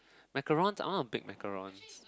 macaroons I wanna bake macaroons